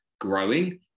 growing